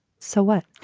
so what?